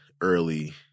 early